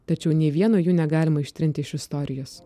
tačiau nei vieno jų negalima ištrinti iš istorijos